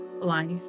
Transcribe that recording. life